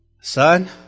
son